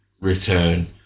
return